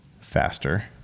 faster